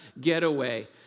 getaway